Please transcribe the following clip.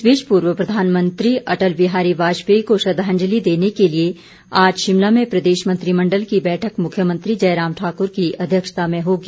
इस बीच पूर्व प्रधानमंत्री अटल बिहारी वाजपेयी को श्रद्धांजलि देने के लिये आज शिमला में प्रदेश मंत्रिमण्डल की बैठक मुख्यमंत्री जयराम ठाकुर की अध्यक्षता में होगी